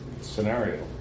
scenario